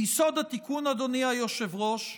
ביסוד התיקון, אדוני היושב-ראש,